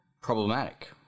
problematic